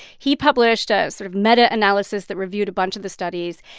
he published ah a sort of meta-analysis that reviewed a bunch of the studies.